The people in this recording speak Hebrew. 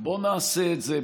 בוא נעשה את זה.